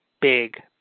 big